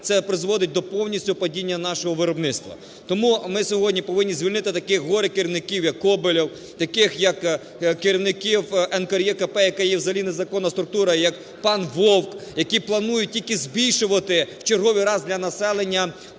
це призводить до повністю падіння нашого виробництва. Тому ми сьогодні повинні звільнити таких горе-керівників як Коболєв, таких як керівників НКРЕКП, яка є взагалі незаконна структура, як пан Вовк, які планують тільки збільшувати в черговий раз для населення